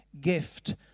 gift